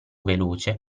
veloce